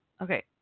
Okay